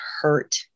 hurt